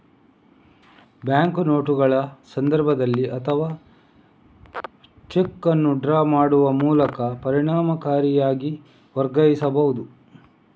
bank ನೋಟುಗಳ ಸಂದರ್ಭದಲ್ಲಿ ಅಥವಾ ಚೆಕ್ ಅನ್ನು ಡ್ರಾ ಮಾಡುವ ಮೂಲಕ ಪರಿಣಾಮಕಾರಿಯಾಗಿ ವರ್ಗಾಯಿಸಬಹುದು